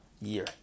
Year